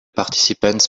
participants